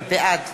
בעד